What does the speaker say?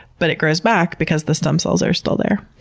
but it grows back because the stem cells are still there.